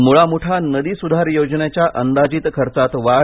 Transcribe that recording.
मूळा मूठा नदी सूधार योजनेच्या अंदाजित खर्चात वाढ